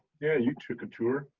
yeah, you took a tour.